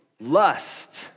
lust